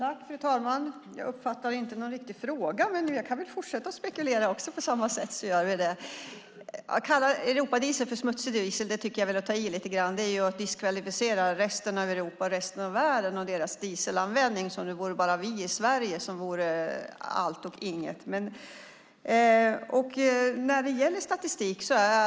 Fru talman! Jag uppfattade inte någon riktig fråga, men jag kan väl fortsätta att spekulera på samma sätt. Att kalla Europadiesel för smutsig diesel tycker jag kanske är att ta i lite grann. Det är att diskvalificera resten av Europa - resten av världen - och deras dieselanvändning, som om vi i Sverige vore allt och inget.